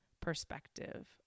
perspective